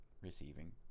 receiving